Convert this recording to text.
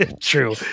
True